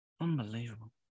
unbelievable